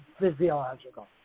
physiological